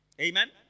Amen